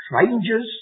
strangers